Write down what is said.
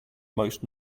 most